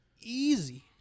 easy